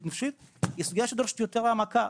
נפשית היא סוגיה שדורשת יותר העמקה,